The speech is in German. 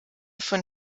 von